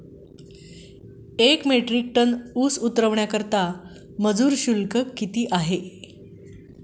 एक metric tonne ऊस उतरवण्याकरता मजूर शुल्क किती आहे?